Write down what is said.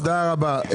תודה רבה.